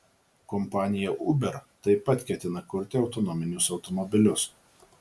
kompanija uber taip pat ketina kurti autonominius automobilius